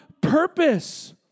purpose